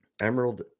Emerald